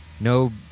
No